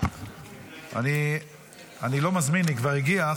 אני לא מזמין היא כבר הגיעה,